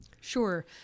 Sure